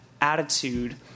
attitude